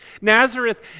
Nazareth